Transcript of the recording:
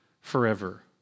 forever